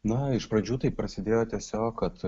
na iš pradžių tai prasidėjo tiesiog kad